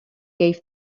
gave